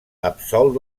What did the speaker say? absolt